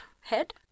Head